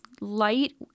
light